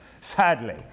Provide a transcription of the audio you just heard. Sadly